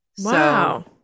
Wow